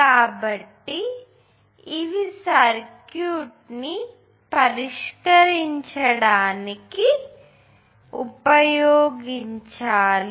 కాబట్టి ఇవి సర్క్యూట్ని పరిష్కరించడానికి ఉపయోగించాలి